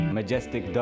Majestic